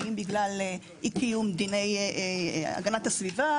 האם זה בגלל אי-קיום דיני הגנת הסביבה?